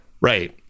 Right